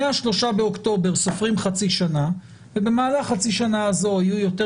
מה-3 באוקטובר סופרים חצי שנה ובמהלך חצי שנה הזו יהיו יותר